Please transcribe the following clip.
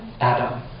Adam